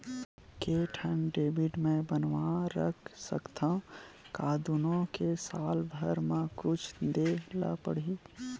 के ठन डेबिट मैं बनवा रख सकथव? का दुनो के साल भर मा कुछ दे ला पड़ही?